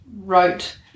wrote